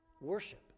Worship